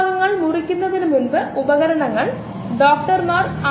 7500 മണിക്കൂർ എന്നത് ഏത് സാഹചര്യത്തിനും അല്പം വേറിട്ടതാണ്